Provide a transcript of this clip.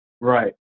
Right